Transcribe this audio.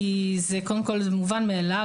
קודם כל זה מובן מאליו.